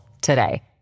today